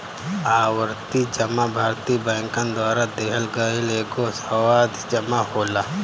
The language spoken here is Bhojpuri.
आवर्ती जमा भारतीय बैंकन द्वारा देहल गईल एगो सावधि जमा होला